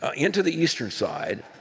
ah into the eastern side,